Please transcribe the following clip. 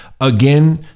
Again